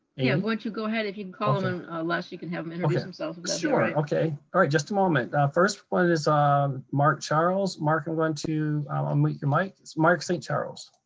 and why don't you go ahead. if you can call them, and les, you can have them introduce themselves. sure, okay. all right, just a moment. first one is um mark charles. mark, i'm going to unmute your mic. it's mark st. charles.